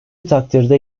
takdirde